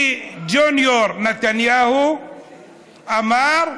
כי ג'וניור נתניהו אמר,